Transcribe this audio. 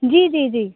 जी जी जी